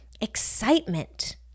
excitement